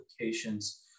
applications